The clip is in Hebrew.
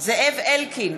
זאב אלקין,